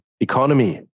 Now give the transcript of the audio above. economy